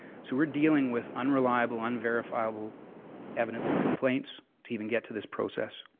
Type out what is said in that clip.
so we're dealing with unreliable, unverifiable evidence of complaints to even get to this process.